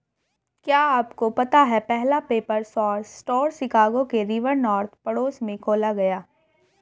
क्या आपको पता है पहला पेपर सोर्स स्टोर शिकागो के रिवर नॉर्थ पड़ोस में खोला गया?